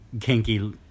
kinky